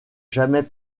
jamais